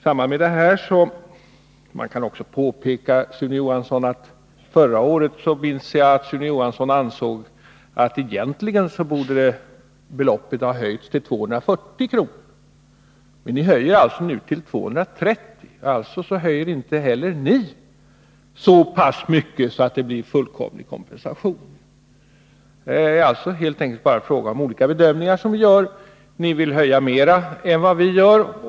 Jag minns att Sune Johansson förra året ansåg att beloppet egentligen borde ha höjts till 240 kr. Nu vill ni emellertid höja till 230 kr. — alltså vill inte heller ni höja så pass mycket att det blir fullständig kompensation. Det är helt enkelt bara fråga om olika bedömningar. Ni vill höja mer än vi.